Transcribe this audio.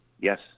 Yes